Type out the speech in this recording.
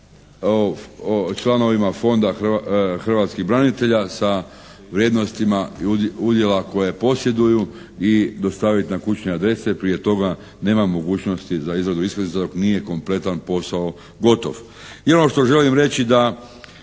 članovima Fonda hrvatskih branitelja sa vrijednostima udjela koje posjeduju i dostaviti na kućne adrese, prije toga nema mogućnosti za izradu iskaznica dok nije kompletan posao gotov. I ono što želim reći da